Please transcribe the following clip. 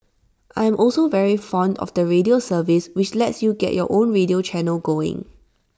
I am also very fond of the radio service which lets you get your own radio channel going